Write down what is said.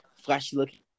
flashy-looking